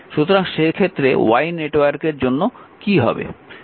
সুতরাং সেক্ষেত্রে Y নেটওয়ার্কের জন্য কী হবে